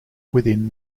within